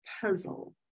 puzzle